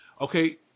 Okay